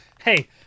hey